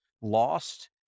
lost